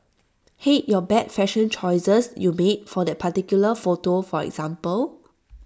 hate your bad fashion choices you made for that particular photo for example